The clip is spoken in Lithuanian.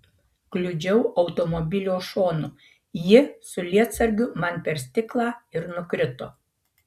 kliudžiau automobilio šonu ji su lietsargiu man per stiklą ir nukrito